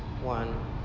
one